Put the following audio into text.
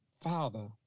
Father